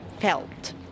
felt